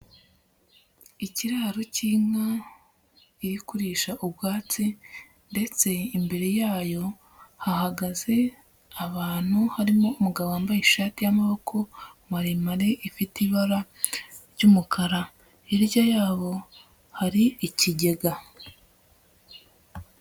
Ikiraro cy'inka irikurisha ubwatsi ndetse imbere yayo, hahagaze abantu harimo umugabo wambaye ishati y'amaboko maremare ifite ibara ry'umukara, hirya yabo hari ikigega.